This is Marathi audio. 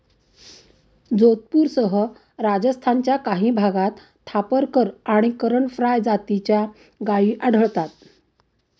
जोधपूरसह राजस्थानच्या काही भागात थापरकर आणि करण फ्राय जातीच्या गायी आढळतात